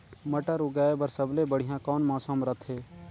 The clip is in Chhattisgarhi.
मटर उगाय बर सबले बढ़िया कौन मौसम रथे?